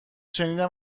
شنیدم